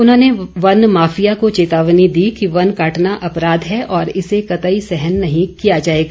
उन्होंने वन माफिया को चेतावनी दी कि वन काटना अपराध है और इसे कतई सहन नहीं किया जाएगा